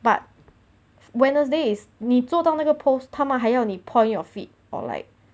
but wednesday is 你做到那个 pose 他们还要你 point your feet or like